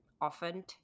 often